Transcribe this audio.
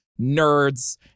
Nerds